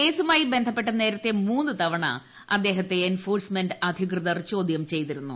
കേസുമായി ബന്ധപ്പെട്ട് നേരത്തെ മൂന്ന് തവണ അദ്ദേഹത്തെ എൻഫോഴ്സ്മെന്റ് അധികൃതർ ചോദ്യം ചെയ്തിരുന്നു